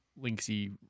linksy